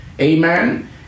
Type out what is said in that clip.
Amen